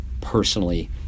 personally